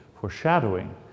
foreshadowing